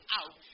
out